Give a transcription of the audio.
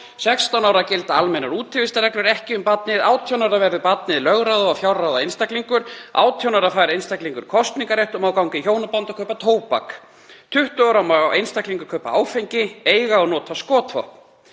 ára gilda almennar útivistarreglur ekki um barnið. Átján ára verður barnið lögráða og fjárráða einstaklingur. Átján ára fær einstaklingur kosningarrétt og má ganga í hjónaband og kaupa tóbak. Tuttugu ára má einstaklingur kaupa áfengi og eiga og nota skotvopn.